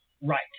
right